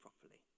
properly